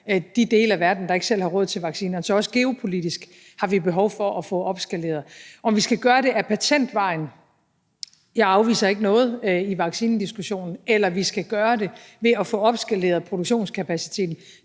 de dele af verden, der ikke selv har råd til vacciner. Så også geopolitisk har vi behov for at få opskaleret. Om vi skal gøre det ad patentvejen – jeg afviser ikke noget i vaccinediskussionen – eller vi skal gøre det ved at få opskaleret produktionskapaciteten,